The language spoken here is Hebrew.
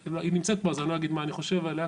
שהיא נמצאת פה אז אני לא אגיד מה אני חושב עליה,